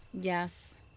Yes